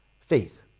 faith